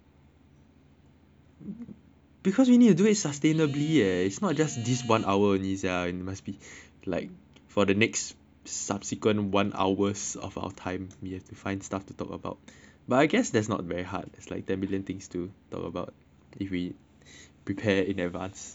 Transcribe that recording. because we need to do it sustainably eh it's not just this one hour only sia it must be like for the next subsequent one hours of our time we have to find stuff to talk about but I guess that not very hard there's like ten million things to talk about if we prepare in advance